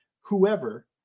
whoever